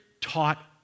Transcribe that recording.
taught